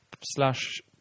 slash